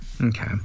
okay